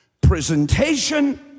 presentation